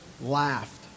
laughed